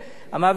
המעביד יכול,